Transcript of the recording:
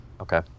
Okay